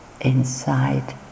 inside